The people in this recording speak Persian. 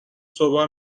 صبحها